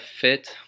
fit